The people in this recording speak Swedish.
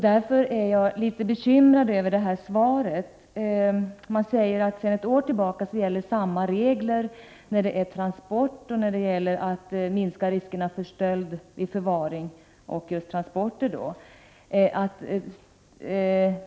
Därför är jag något bekymrad över svaret, i vilket sägs att det ”pågår arbete med att på olika sätt söka minska riskerna för stöld vid förvaring och transport.